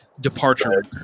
departure